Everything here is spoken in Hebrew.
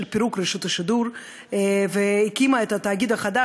פירוק רשות השידור והקימה את התאגיד החדש,